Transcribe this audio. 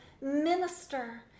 minister